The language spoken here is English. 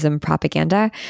propaganda